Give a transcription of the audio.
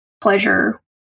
pleasure